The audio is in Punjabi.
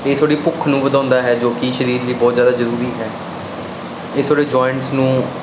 ਇਹ ਤੁਹਾਡੀ ਭੁੱਖ ਨੂੰ ਵਧਾਉਂਦਾ ਹੈ ਜੋ ਕੀ ਸਰੀਰ ਦੀ ਬਹੁਤ ਜਿਆਦਾ ਜਰੂਰੀ ਹੈ ਇਹ ਤੁਹਾਡੇ ਜੋਇੰਟਸ ਨੂੰ